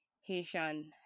Haitian